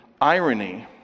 irony